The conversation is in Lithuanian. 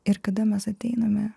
ir kada mes ateiname